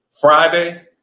Friday